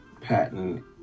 patent